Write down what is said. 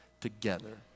together